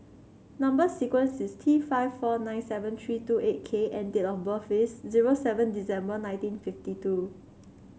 number sequence is T five four nine seven three two eight K and date of birth is zero seven December nineteen fifty two